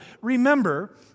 Remember